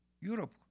Europe